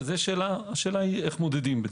השאלה איך מודדים.